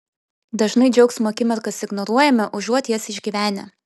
dažnai džiaugsmo akimirkas ignoruojame užuot jas išgyvenę